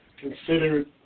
considered